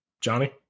Johnny